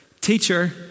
Teacher